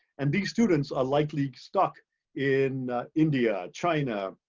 and these students are likely stuck in india, china,